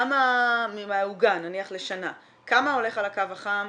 כמה מהעוגה נניח לשנה הולך על הקו החם,